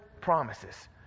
promises